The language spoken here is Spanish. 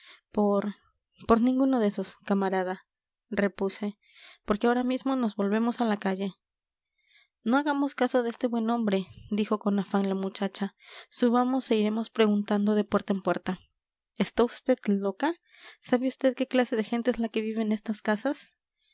por por ninguno de esos camarada repuse porque ahora mismo nos volvemos a la calle no hagamos caso de este buen hombre dijo con afán la muchacha subamos e iremos preguntando de puerta en puerta está vd loca sabe vd qué clase de gente es la que vive en estas casas